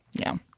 yeah.